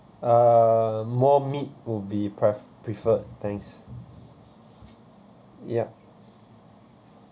uh more meat will be pre~ preferred thanks ya